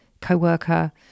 co-worker